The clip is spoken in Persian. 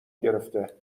گرفته